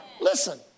Listen